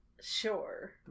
Sure